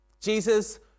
Jesus